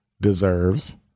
deserves